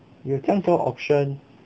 有酱多 option